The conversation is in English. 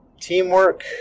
teamwork